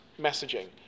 messaging